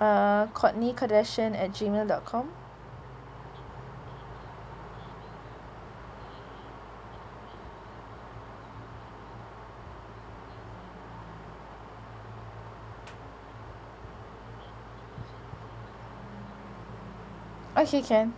uh courtney kardashian at gmail dot com okay can